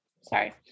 Sorry